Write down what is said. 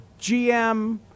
GM